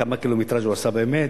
כמה קילומטרז' הוא עשה באמת,